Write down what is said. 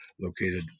located